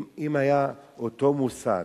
אם היה אותו מוסד